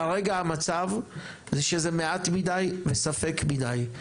כרגע המצב זה שזה מעט מידי וספק מידי.